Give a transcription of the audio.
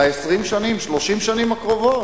ב-20 30 השנים הקרובות.